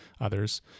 others